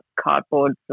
cardboard